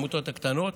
העמותות הקטנות,